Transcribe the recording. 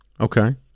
Okay